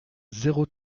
zéro